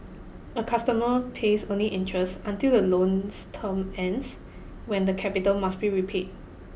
a customer pays only interest until the loan's term ends when the capital must be repaid